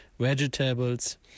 vegetables